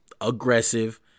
aggressive